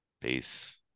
peace